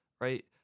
right